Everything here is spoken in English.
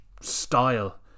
style